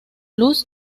luz